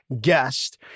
guest